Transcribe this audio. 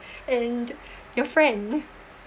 and your friend